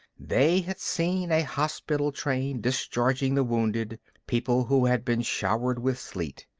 they had seen a hospital train discharging the wounded, people who had been showered with sleet.